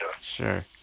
Sure